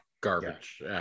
garbage